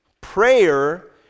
Prayer